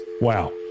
Wow